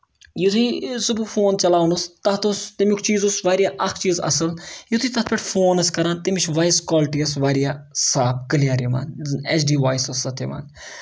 یُتھُے سُہ بہٕ فون چلاوان اوسُس تَتھ اوس تَمیُک چیٖز اوس واریاہ اکھ چیٖز اَصٕل یِتھُے تَتھ پٮ۪ٹھ فون ٲسۍ کران تَمِچ وایِس کولٹی ٲس واریاہ صاف کِلیر یِوان ایچ ڈی وایِس ٲس تَتھ یِوان